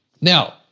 Now